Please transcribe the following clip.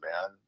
man